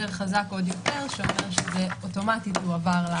חזק עוד יותר שאומר שזה אוטומטית יועבר.